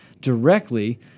directly